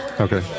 Okay